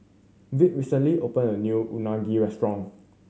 Vick recently opened a new Unagi restaurant